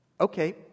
Okay